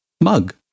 mug